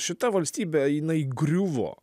šita valstybė jinai griuvo